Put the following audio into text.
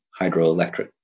hydroelectric